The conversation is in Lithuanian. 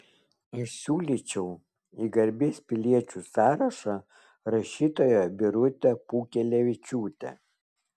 aš siūlyčiau į garbės piliečių sąrašą rašytoją birutę pūkelevičiūtę